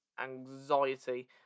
anxiety